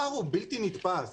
הפער הוא בלתי נתפס.